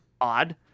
odd